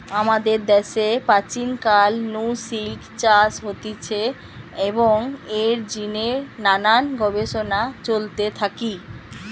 আমাদের দ্যাশে প্রাচীন কাল নু সিল্ক চাষ হতিছে এবং এর জিনে নানান গবেষণা চলতে থাকি